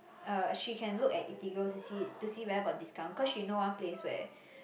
uh she can look at Eatigo to see to see whether got discount cause she know one place where